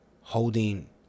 holding